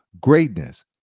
Greatness